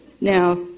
Now